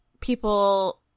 people